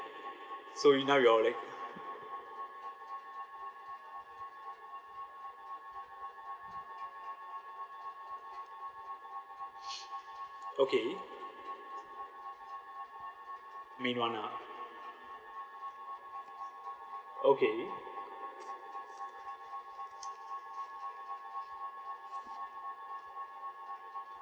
so you now you're like okay main [one] ah okay